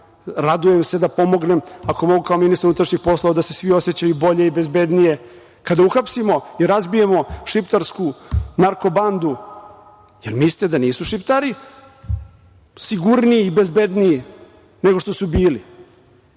radujem se da pomognem ako mogu kao ministar unutrašnjih poslova da se svi osećaju bolje i bezbednije. Kada uhapsimo i razbijemo šiptarsku narko-bandu da li mislite da nisu Šiptari sigurniji i bezbedniji nego što su bili?